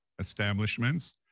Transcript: establishments